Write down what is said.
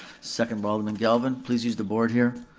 second by alderman galvin, please use the board here.